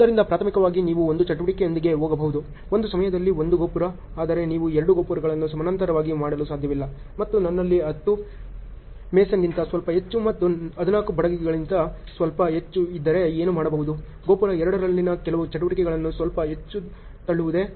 ಆದ್ದರಿಂದ ಪ್ರಾಥಮಿಕವಾಗಿ ನೀವು ಒಂದು ಚಟುವಟಿಕೆಯೊಂದಿಗೆ ಹೋಗಬಹುದು ಒಂದು ಸಮಯದಲ್ಲಿ 1 ಗೋಪುರ ಆದರೆ ನೀವು 2 ಗೋಪುರಗಳನ್ನು ಸಮಾನಾಂತರವಾಗಿ ಮಾಡಲು ಸಾಧ್ಯವಿಲ್ಲ ಮತ್ತು ನನ್ನಲ್ಲಿ 10 ಮೇಸನ್ಗಿಂತ ಸ್ವಲ್ಪ ಹೆಚ್ಚು ಮತ್ತು 14 ಬಡಗಿಗಳಿಗಿಂತ ಸ್ವಲ್ಪ ಹೆಚ್ಚು ಇದ್ದರೆ ಏನು ಮಾಡಬಹುದು ಗೋಪುರ 2 ರಲ್ಲಿನ ಕೆಲವು ಚಟುವಟಿಕೆಗಳನ್ನು ಸ್ವಲ್ಪ ಹೆಚ್ಚು ತಳ್ಳುವುದೇ